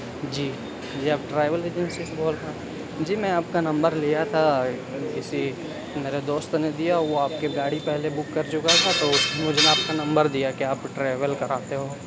جی جی آپ travel regency سے بول رہے ہیں جی میں آپ کا نمبر لیا تھا کسی میرے دوست نے دیا وہ آپ کی گاڑی پہلے بک کر چکا تھا تو مجھے نا آپ کا نمبر دیا کہ آپ ٹریول کراتے ہو